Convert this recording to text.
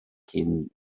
cyn